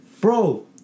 bro